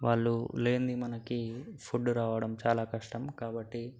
వాళ్ళు లేనిది మనకి ఫుడ్డు రావడం చాలా కష్టం కాబట్టి